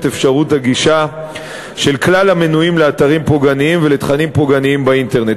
אפשרות הגישה של כלל המנויים לאתרים פוגעניים ולתכנים פוגעניים באינטרנט.